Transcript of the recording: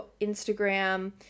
Instagram